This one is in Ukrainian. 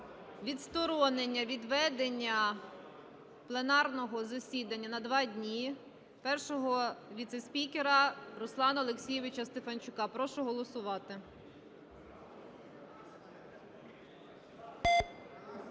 відсторонення від ведення пленарного засідання на два дні першого віце-спікера Руслана Олексійовича Стефанчука. Прошу голосувати.